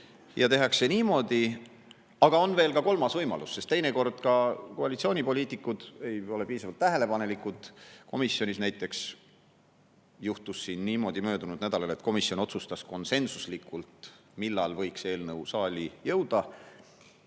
ja tehakse niimoodi. Aga on veel kolmas võimalus, sest teinekord ka koalitsioonipoliitikud ei ole piisavalt tähelepanelikud. Komisjonis näiteks juhtus möödunud nädalal niimoodi, et komisjon otsustas konsensuslikult, millal võiks eelnõu saali jõuda,